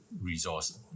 resource